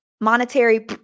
monetary